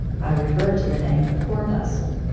i refer to the name corpuscle,